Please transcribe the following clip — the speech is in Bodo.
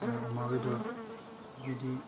ओह अमा बेदर बिदि